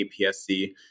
APSC